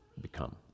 become